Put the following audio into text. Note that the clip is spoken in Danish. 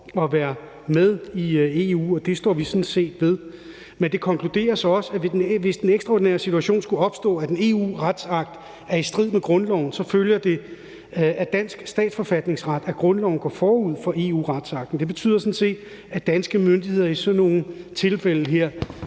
at være med i EU, og det står vi sådan set ved. Men det konkluderes også, at hvis den ekstraordinære situation skulle opstå, at en EU-retsakt er i strid med grundloven, så følger det af dansk statsforfatningsret, at grundloven går forud for EU-retsakten. Det betyder sådan set, at danske myndigheder i sådan nogle tilfælde her